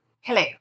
Hello